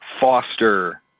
foster